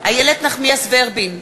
איילת נחמיאס ורבין,